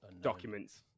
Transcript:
documents